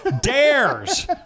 dares